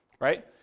right